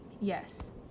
Yes